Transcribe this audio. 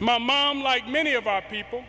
my mom like many of our people